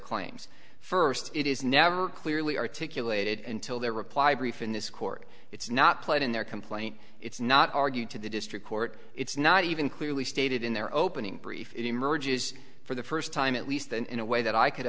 claims first it is never clearly articulated and till their reply brief in this court it's not played in their complaint it's not argued to the district court it's not even clearly stated in their opening brief it emerges for the first time at least and in a way that i could